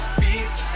beats